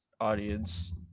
audience